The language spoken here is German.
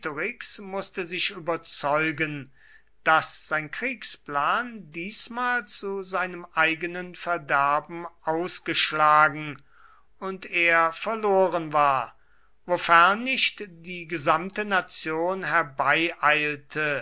mußte sich überzeugen daß sein kriegsplan diesmal zu seinem eigenen verderben ausgeschlagen und er verloren war wofern nicht die gesamte nation herbeieilte